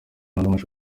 amashusho